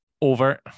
Over